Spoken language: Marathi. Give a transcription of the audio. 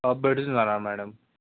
भेटून जाणार मॅडम